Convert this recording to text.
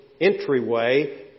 entryway